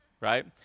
right